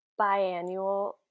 biannual